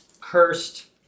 cursed